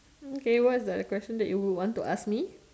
okay what's the other question that you would want to ask me